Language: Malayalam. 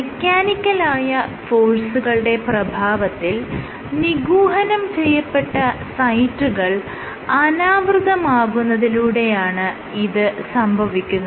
മെക്കാനിക്കലായ ഫോഴ്സുകളുടെ പ്രഭാവത്തിൽ നിഗൂഹനം ചെയ്യപ്പെട്ട സൈറ്റുകൾ അനാവൃതമാകുന്നതിലൂടെയാണ് ഇത് സംഭവിക്കുന്നത്